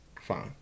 Fine